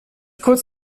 kurz